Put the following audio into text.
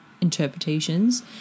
interpretations